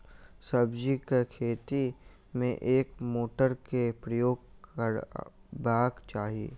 सब्जी केँ खेती मे केँ मोटर केँ प्रयोग करबाक चाहि?